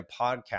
podcast